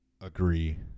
agree